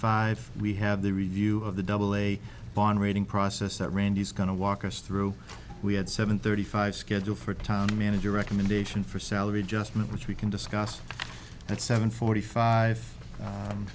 five we have the review of the double a bond rating process that randy is going to walk us through we had seven thirty five scheduled for town manager recommendation for salary just move which we can discuss at seven forty five